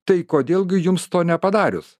tai kodėl gi jums to nepadarius